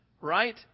Right